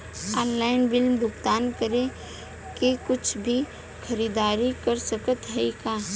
Online bill भुगतान करके कुछ भी खरीदारी कर सकत हई का?